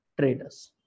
traders